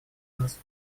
нас